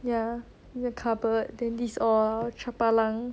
ya the cupboard then this all chapalang